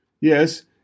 Yes